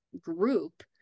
group